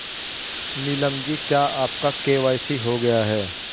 नीलम जी क्या आपका के.वाई.सी हो गया है?